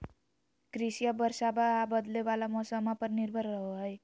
कृषिया बरसाबा आ बदले वाला मौसम्मा पर निर्भर रहो हई